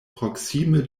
proksime